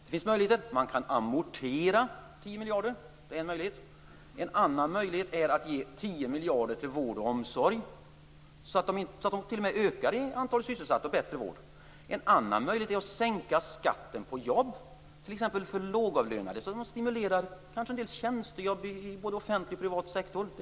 Det finns fyra möjligheter. En möjlighet är att amortera 10 miljarder. En annan möjlighet är att ge ökar antalet sysselsatta och ger bättre vård. En tredje möjlighet är att sänka skatten på jobb, t.ex. för lågavlönade genom att stimulera en del tjänstejobb i både offentlig och privat sektor.